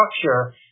structure